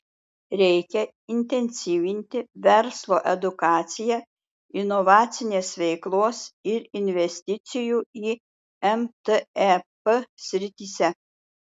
reikia intensyvinti verslo edukaciją inovacinės veiklos ir investicijų į mtep srityse